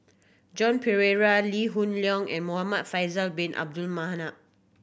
Joan Pereira Lee Hoon Leong and Muhamad Faisal Bin Abdul Manap